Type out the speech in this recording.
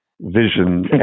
vision